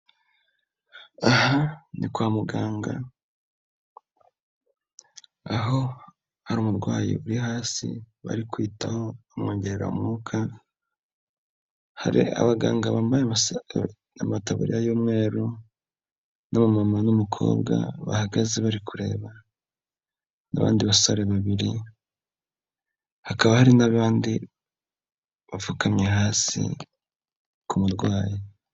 Aha ni kwa muganga aho hari umurwayi uri hasi bari kwitaho bamwongerera umwuka, hari abaganga bambaye amatabariya y'umweru, n'abamama n'umukobwa bahagaze bari kureba, n'abandi basore babiri hakaba hari n'abandi bapfukamye hasi ku murwayi.